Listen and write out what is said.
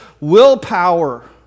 willpower